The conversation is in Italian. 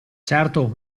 certo